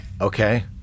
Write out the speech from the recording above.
Okay